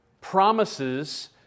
promises